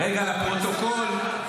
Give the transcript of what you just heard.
רגע, לפרוטוקול.